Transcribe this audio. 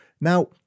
Now